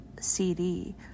CD